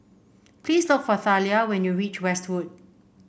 please look for Thalia when you reach Westwood